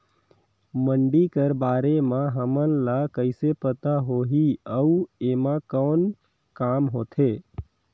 मंडी कर बारे म हमन ला कइसे पता होही अउ एमा कौन काम होथे?